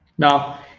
Now